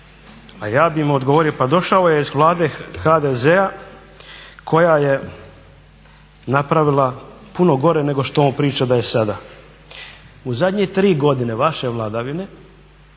a ja bih im odgovorio pa došao je iz Vlade HDZ-a koja je napravila puno gore nego što on priča da je sada. U zadnje tri godine vaše vladavine